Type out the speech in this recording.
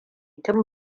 tun